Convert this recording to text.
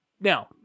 Now